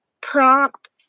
prompt